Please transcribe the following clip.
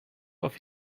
auf